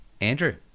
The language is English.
andrew